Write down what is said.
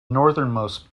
northernmost